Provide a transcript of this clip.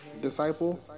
disciple